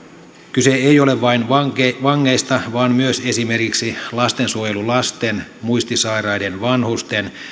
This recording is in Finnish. kyse ei ole vain vangeista vangeista vaan myös esimerkiksi lastensuojelulasten muistisairaiden vanhusten